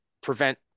prevent